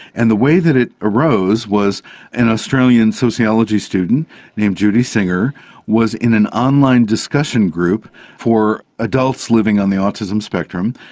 and the way that it arose was an australian sociology student named judy singer was in an online discussion group for adults living on the autism spectrum.